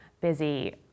busy